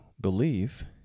believe